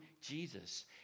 Jesus